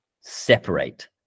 separate